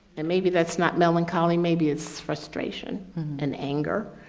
and maybe that's not melancholy, maybe it's frustration and anger.